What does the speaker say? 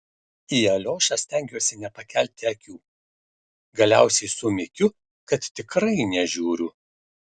į aliošą stengiuosi nepakelti akių galiausiai sumykiu kad tikrai nežiūriu